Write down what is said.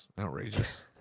outrageous